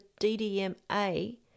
DDMa